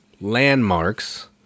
landmarks